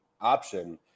option